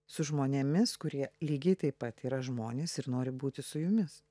su žmonėmis kurie lygiai taip pat yra žmonės ir nori būti su jumis